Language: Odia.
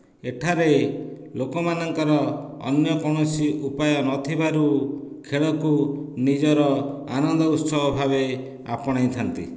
ଏଠାରେ ଲୋକ ମାନଙ୍କର ଅନ୍ୟ କୌଣସି ଉପାୟ ନଥିବାରୁ ଖେଳକୁ ନିଜର ଆନନ୍ଦ ଉତ୍ସବ ଭାବେ ଆପଣେଇ ଥାନ୍ତି